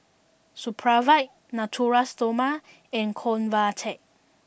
Supravit Natura Stoma and Convatec